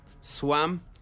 Swam